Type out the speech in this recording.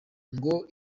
ngo